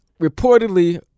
reportedly